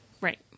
Right